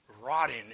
rotting